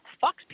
Fox